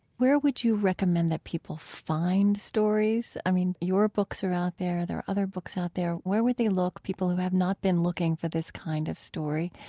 where would you recommend that people find stories? i mean, your books are out there there are other books out there. where would they look, people who have not been looking for this kind of story?